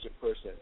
person